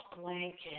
blanket